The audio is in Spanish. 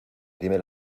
dime